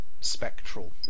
spectral